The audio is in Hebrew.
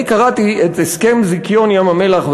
אני קראתי את הסכם זיכיון ים-המלח,